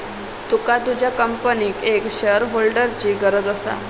तुका तुझ्या कंपनीक एक शेअरहोल्डरची गरज असा